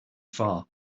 far